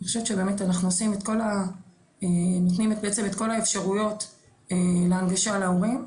אני חושבת שבאמת אנחנו נותנים את כל האפשרויות להנגשה להורים.